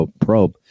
probe